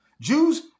Jews